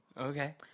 Okay